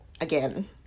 again